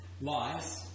lies